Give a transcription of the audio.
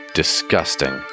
disgusting